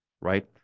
right